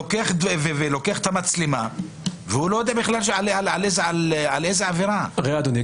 לוקח את המצלמה והוא לא יודע על איזו עבירה מדובר.